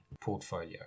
portfolio